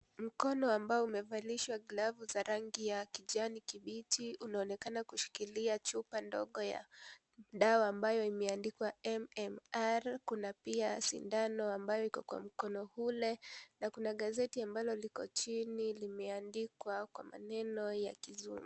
Mkono ambao umevalishwa glavu za rangi ya kijani kibichi unaonekana kushikilia chupa ndogo ya dawa ambayo imeandikwa " MMR". Kuna pia sindano ambayo iko kwa mkono ule na kuna gazeti ambalo liko chini, limeandikwa kwa maneno ya kizungu.